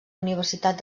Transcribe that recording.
universitat